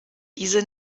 diese